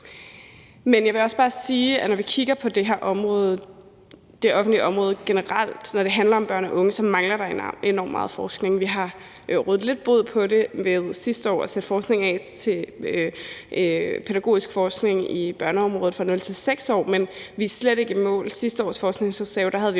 Men jeg vil også bare sige, at når vi kigger på det offentlige område generelt, når det handler og unge, mangler der enormt meget forskning. Vi har rådet lidt bod på det ved sidste år at sætte midler af til pædagogisk forskning i børneområdet fra 0-6 år, men vi er slet ikke i mål. I forbindelse med